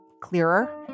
clearer